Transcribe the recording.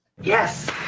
Yes